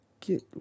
Get